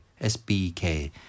sbk